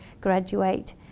graduate